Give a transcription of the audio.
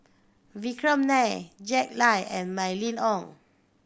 Vikram Nair Jack Lai and Mylene Ong